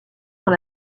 dans